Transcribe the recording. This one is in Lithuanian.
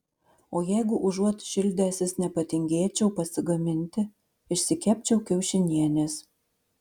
o jeigu užuot šildęsis nepatingėčiau pasigaminti išsikepčiau kiaušinienės